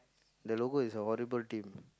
the logo is a horrible team